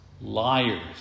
liars